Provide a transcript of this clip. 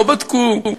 לא בדקו,